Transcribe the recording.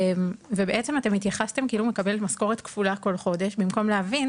בעצם התייחסתם כאילו הוא מקבל משכורת כפולה כל חודש במקום להבין